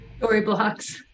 Storyblocks